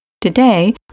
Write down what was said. Today